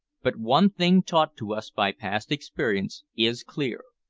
but one thing taught to us by past experience is clear,